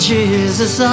Jesus